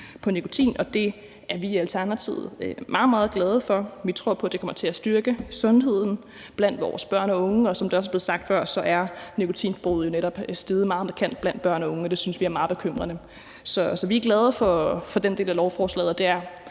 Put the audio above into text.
på nikotin, og det er vi i Alternativet meget, meget glade for. Vi tror på, at det kommer til at styrke sundheden blandt vores børn og unge, og som det også er blevet sagt før, er nikotinforbruget jo steget meget markant blandt børn og unge, og det synes vi er meget bekymrende. Så vi er glade for den del af lovforslaget. Det er